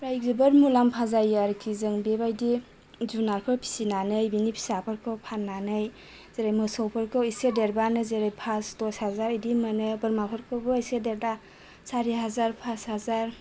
ओमफ्राय जोबोद मुलाम्फा जायो आरोखि जों बेबाइदि जुनारफोर फिसिनानै बेनि फिसाफोरखौ फाननानै जेरै मोसौफोरखौ एसे देरबानो जेरै पास दस हाजार इदि मोनो बोरमाफोरखौबो एसे देरब्ला सारि हाजार पास हाजार